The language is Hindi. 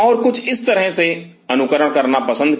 और कुछ इस तरह से अनुकरण करना पसंद किया